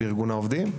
בארגון העובדים;